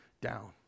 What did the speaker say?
down